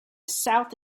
south